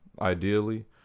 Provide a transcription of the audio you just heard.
ideally